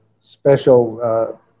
special